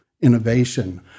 innovation